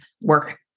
work